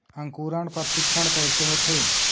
अंकुरण परीक्षण कैसे होथे?